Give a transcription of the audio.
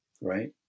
Right